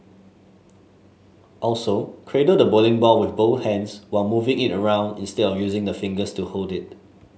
also cradle the bowling ball with both hands while moving it around instead of using the fingers to hold it